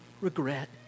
regret